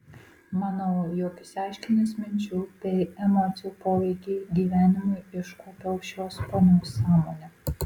manau jog išaiškinęs minčių bei emocijų poveikį gyvenimui iškuopiau šios ponios sąmonę